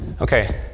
Okay